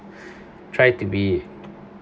try to be